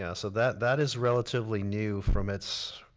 yeah so that that is relatively new from its,